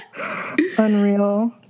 Unreal